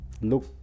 look